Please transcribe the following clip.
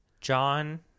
John